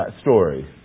story